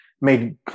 Made